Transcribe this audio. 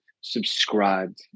subscribed